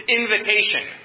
invitation